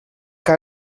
que